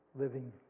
living